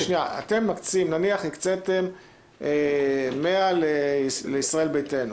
שנייה, אתם מקצים, נניח, הקצתם 100 לישראל ביתנו,